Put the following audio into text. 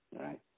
right